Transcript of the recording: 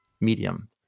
medium